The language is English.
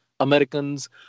Americans